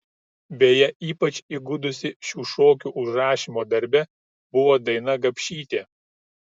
beje ypač įgudusi šių šokių užrašymo darbe buvo daina gapšytė